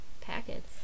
packets